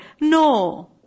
no